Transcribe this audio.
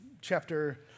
chapter